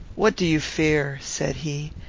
what do you fear? said he.